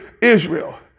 Israel